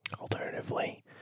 Alternatively